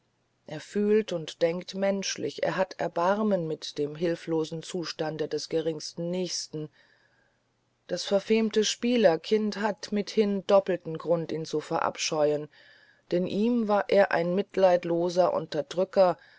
er fühlt und denkt menschlich er hat erbarmen mit dem hilflosen zustande des geringsten nächsten das verfemte spielerskind hat mithin doppelten grund ihn zu verabscheuen denn ihm war er ein mitleidsloser unterdrücker